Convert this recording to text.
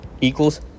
equals